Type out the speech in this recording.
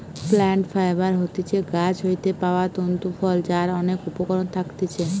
plant fibre হতিছে গাছ হইতে পাওয়া তন্তু ফল যার অনেক উপকরণ থাকতিছে